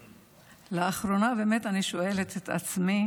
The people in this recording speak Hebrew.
לאחרונה באמת אני שואלת את עצמי